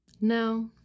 No